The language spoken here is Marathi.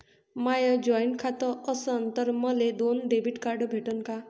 माय जॉईंट खातं असन तर मले दोन डेबिट कार्ड भेटन का?